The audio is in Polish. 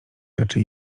rzeczy